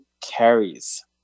carries